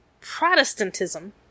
Protestantism